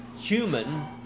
human